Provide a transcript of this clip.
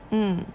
mm